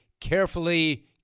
carefully